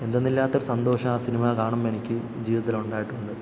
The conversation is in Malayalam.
എന്തെന്നില്ലാത്ത ഒരു സന്തോഷം ആ സിനിമ കാണുമ്പം എനിക്ക് ജീവിതത്തിലുണ്ടായിട്ടുണ്ട്